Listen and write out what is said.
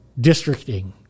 districting